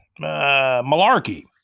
Malarkey